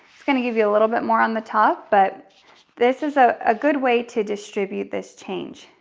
it's gonna give you a little bit more on the top, but this is ah a good way to distribute this change.